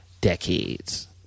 decades